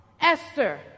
Esther